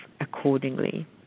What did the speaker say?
accordingly